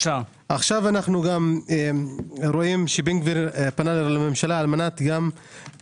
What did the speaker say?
אנו רואים שבן גביר פנה עכשיו לממשלה כדי להפסיק